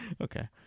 Okay